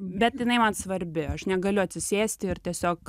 bet jinai man svarbi aš negaliu atsisėsti ir tiesiog